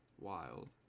wild